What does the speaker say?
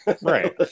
right